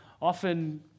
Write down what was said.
often